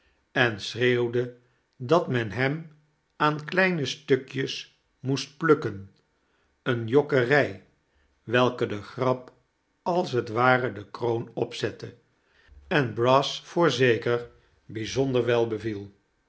en schreeuwde dat men hem aan kleine stukjes moest plukken eene jokkermj welke de grap als het ware de kroon opzette en brass voorzeker bijzonder